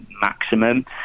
maximum